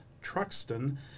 Truxton